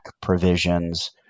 provisions